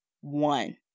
one